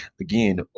Again